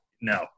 no